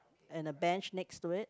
and a bench next to it